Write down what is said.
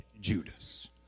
Judas